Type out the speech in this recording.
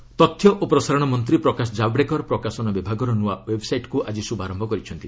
ଜାବ୍ଡେକର ତଥ୍ୟ ଓ ପ୍ରସାରଣ ମନ୍ତ୍ରୀ ପ୍ରକାଶ ଜାବ୍ଡେକର ପ୍ରକାଶନ ବିଭାଗର ନ୍ତଆ ଓ୍ୱେବ୍ସାଇଟ୍କୃ ଆଜି ଶ୍ରଭାରମ୍ଭ କରିଛନ୍ତି